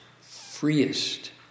freest